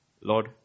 Lord